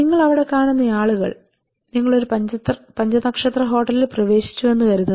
നിങ്ങൾ അവിടെ കാണുന്ന ആളുകൾ നിങ്ങൾ ഒരു പഞ്ചനക്ഷത്ര ഹോട്ടലിൽ പ്രവേശിച്ചുവെന്ന് കരുതുക